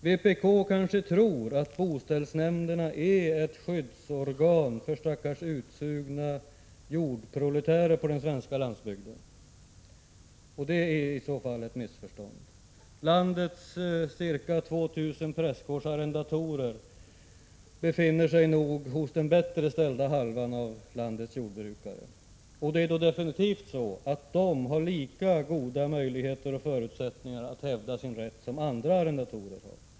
Vpk kanske tror att boställsnämnderna är ett skyddsorgan för stackars utsugna jordproletärer på den svenska landsbygden. Det är i så fall ett missförstånd. Landets ca 2 000 prästgårdsarrendatorer befinner sig nog bland den bättre ställda halvan av landets jordbrukare. De har definitivt lika goda möjligheter att hävda sin rätt som andra arrendatorer har.